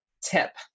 tip